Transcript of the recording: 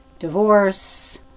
Divorce